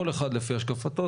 כל אחד לפי השקפתו,